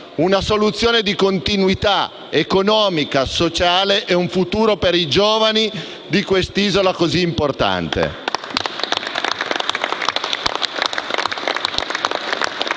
una soluzione di continuità economica, sociale e un futuro per i giovani di quest'isola così importante.